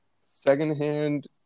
secondhand